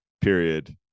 period